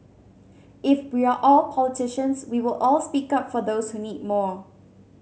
if we are all politicians we will all speak up for those who need more